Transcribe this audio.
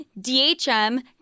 DHM